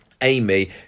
Amy